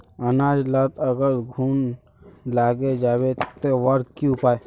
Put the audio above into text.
अनाज लात अगर घुन लागे जाबे ते वहार की उपाय छे?